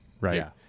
Right